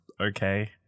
okay